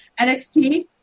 NXT